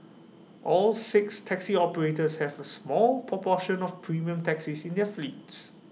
all six taxi operators have A small proportion of premium taxis in their fleets